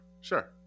Sure